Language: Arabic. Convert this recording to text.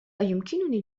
أيمكنني